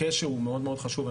הקשר הוא מאוד מאוד חשוב.